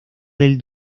del